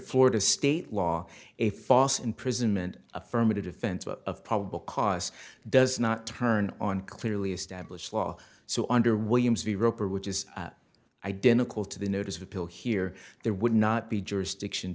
florida state law a false imprisonment affirmative defense of probable cause does not turn on clearly established law so under williams v roper which is identical to the notice of appeal here there would not be jurisdiction